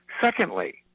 Secondly